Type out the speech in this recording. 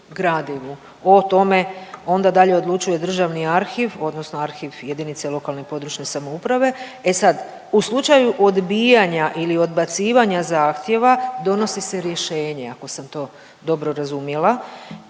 O tome onda dalje odlučuje Državni arhiv odnosno arhiv jedinice lokalne i područne samouprave. E sad, u slučaju odbijanja ili odbacivanja zahtjeva donosi se rješenje ako sam to dobro razumjela